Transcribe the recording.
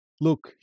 look